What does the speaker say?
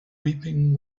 weeping